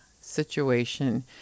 situation